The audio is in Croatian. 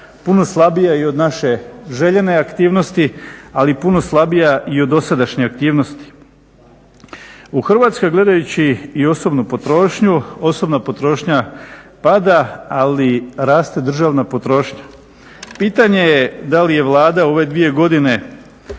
Pitanje je da li je Vlada u ove dvije godine